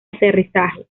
aterrizaje